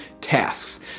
tasks